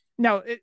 Now